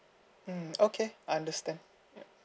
mm okay I understand yup